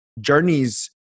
journeys